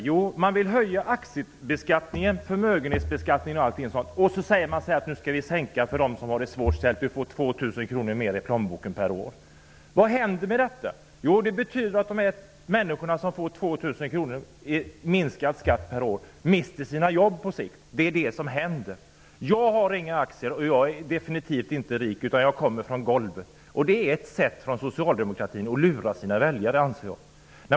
Jo, man vill höja aktiebeskattningen, förmögenhetsbeskattningen och allting sådant och säger att man skall sänka skatten för dem som har det svårt ställt. De skall få Vad händer då med detta? Jo, på sikt mister de människor som får 2 000 kr i minskad skatt per år sina jobb. Det är vad som händer. Jag har inga aktier, och jag är definitivt inte rik, utan jag kommer från golvet. Det här är ett sätt för socialdemokratin att lura sina väljare, anser jag.